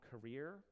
career